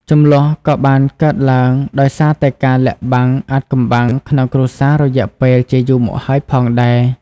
ជម្លោះក៏បានកើតឡើងដោយសារតែការលាក់បាំងអាថ៌កំបាំងក្នុងគ្រួសាររយៈពេលជាយូរមកហើយផងដែរ។